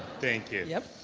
thank you. yeah